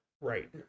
right